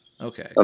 Okay